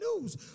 news